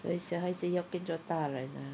小孩子要跟着大人 ah